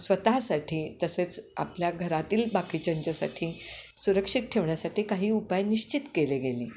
स्वतःसाठी तसेच आपल्या घरातील बाकीच्यांच्यासाठी सुरक्षित ठेवण्यासाठी काही उपाय निश्चित केले गेली